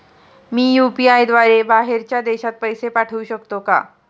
मी UPI द्वारे बाहेरच्या देशात पैसे पाठवू शकतो का?